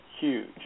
huge